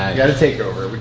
got a takeover.